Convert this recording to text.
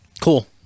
Cool